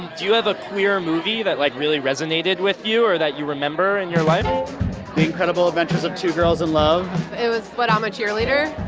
do you have a clear movie that, like, really resonated with you or that you remember in your life? the incredible adventures of two girls in love it was but i'm um a cheerleader.